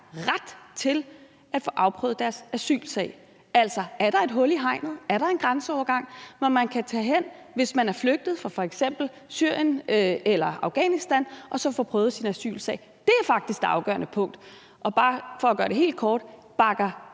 ret til at få afprøvet deres asylsag? Altså, er der et hul i hegnet? Er der en grænseovergang, hvor man kan tage hen, hvis man er flygtet fra f.eks. Syrien eller Afghanistan, og så få prøvet sin asylsag? Dét er faktisk det afgørende punkt. Og bare for at gøre det helt kort vil